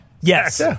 Yes